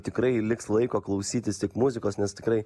tikrai liks laiko klausytis tiek muzikos nes tikrai